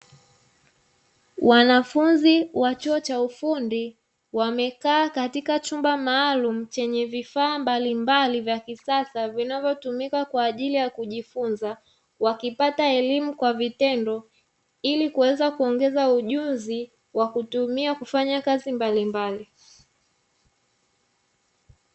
Wanafunzi wa chuo cha ufundi wamekaa katika chumba maalumu, chenye vifaa mbalimbali vya kisasa vinavyotumika kwa ajili ya kujifunza, wakipata elimu kwa vitendo, ili kuweza kuongeza ujuzi wa kutumia kufanya kazi mbalimbali.